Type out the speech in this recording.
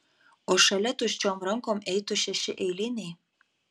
o šalia tuščiom rankom eitų šeši eiliniai